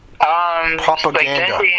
Propaganda